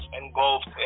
engulfed